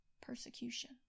persecution